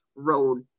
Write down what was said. Road